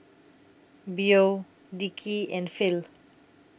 Beau Dickie and Phil